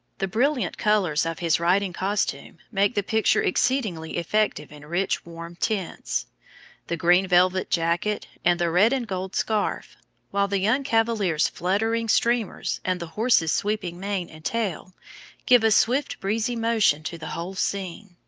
the brilliant colors of his riding-costume make the picture exceedingly effective in rich, warm tints the green velvet jacket and the red-and-gold scarf while the young cavalier's fluttering streamers and the horse's sweeping mane and tail give a swift breezy motion to the whole scene.